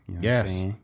Yes